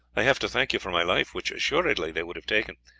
i have to thank you for my life, which, assuredly, they would have taken,